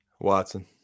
Watson